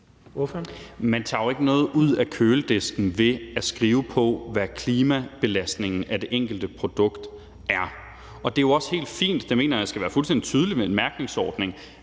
Man tager jo ikke noget ud af køledisken ved at skrive, hvad klimabelastningen af det enkelte produkt er. Det er også helt fint – det mener jeg skal være fuldstændig tydeligt ved en mærkningsordning